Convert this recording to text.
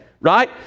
right